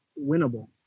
winnable